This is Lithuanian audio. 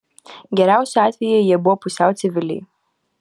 geriausiu atveju jie buvo pusiau civiliai